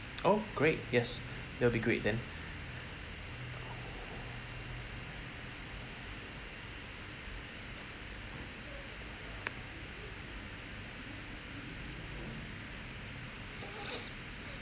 oh great yes that'll be great then